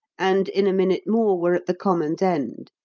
and in a minute more were at the common's end.